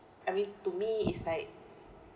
I mean to me it's like